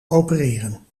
opereren